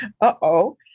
uh-oh